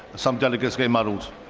some delegates are getting muddled.